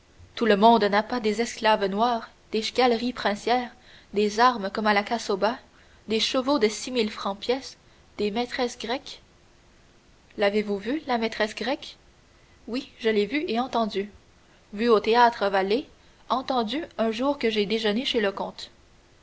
tout le monde n'a pas des esclaves noirs des galeries princières des armes comme à la casauba des chevaux de six mille francs pièce des maîtresses grecques l'avez-vous vue la maîtresse grecque oui je l'ai vue et entendue vue au théâtre valle entendue un jour que j'ai déjeuné chez le comte